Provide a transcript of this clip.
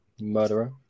Murderer